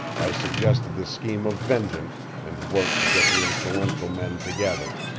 i suggested the scheme of vengeance, and worked to get the influential men together.